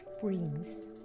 brings